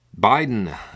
Biden